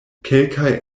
kelkaj